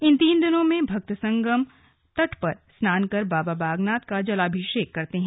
इन तीन दिनों में भक्त संगम तट पर स्नान कर बाबा बागनाथ का जलाभिषेक करते हैं